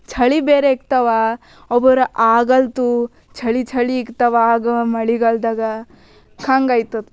ಚಳಿ ಬೇರೆ ಇಕ್ತವ ಅವಾರ ಆಗಲ್ತು ಚಳಿ ಚಳಿ ಇಕ್ತವ ಆಗ ಮಳೆಗಾಲದಾಗ ಹಂಗಾಯ್ತದ